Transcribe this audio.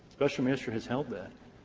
special master has held that.